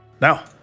Now